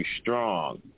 strong